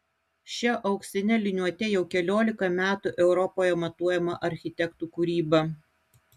šia auksine liniuote jau keliolika metų europoje matuojama architektų kūryba